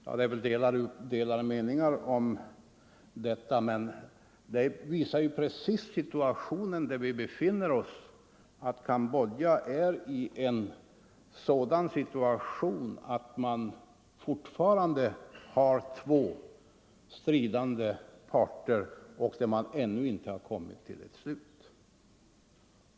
Ja, det är väl delade uppfattningar om det. Cambodja befinner sig fortfarande i den situationen att två parter strider om regeringsmakten.